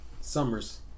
Summers